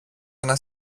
ένα